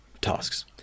tasks